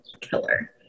killer